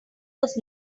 was